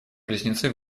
близнецы